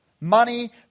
Money